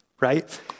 right